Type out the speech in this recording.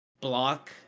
block